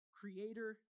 Creator